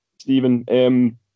Stephen